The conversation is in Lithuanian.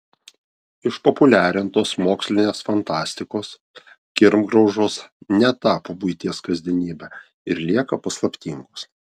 išpopuliarintos mokslinės fantastikos kirmgraužos netapo buities kasdienybe ir lieka paslaptingos